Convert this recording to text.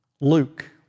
Luke